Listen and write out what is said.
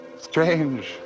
Strange